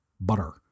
Butter